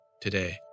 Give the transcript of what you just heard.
today